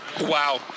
Wow